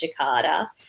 Jakarta